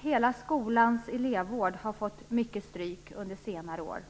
Hela skolans elevvård har fått mycket stryk under senare år.